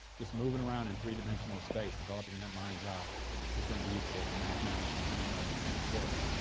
just moving around in three dimensional space, developing in that mind's eye is gonna be useful for mathematics and handwriting and sports,